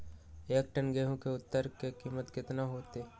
एक टन गेंहू के उतरे के कीमत कितना होतई?